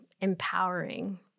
empowering